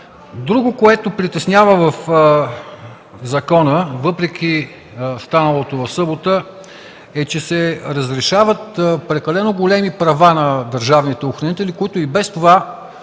Друго, което притеснява в закона, въпреки станалото в събота, е, че се разрешават прекалено големи права на държавните охранители, които и без това